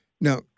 Now